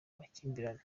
makimbirane